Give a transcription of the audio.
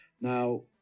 Now